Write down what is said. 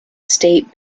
state